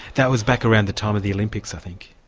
that was back around the time of the olympics i think.